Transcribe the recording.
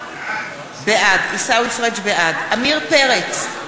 בעד עמיר פרץ,